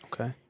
Okay